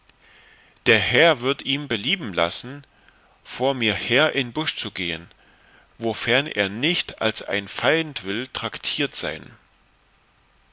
der herr wird ihm belieben lassen vor mir hin in busch zu gehen wofern er nicht als ein feind will traktiert sein